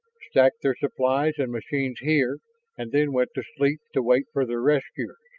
stacked their supplies and machines here and then went to sleep to wait for their rescuers.